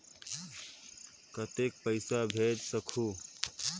कतेक पइसा भेज सकहुं?